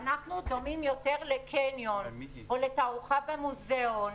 אנחנו דומים יותר לקניון או לתערוכה במוזיאון.